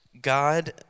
God